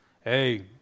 hey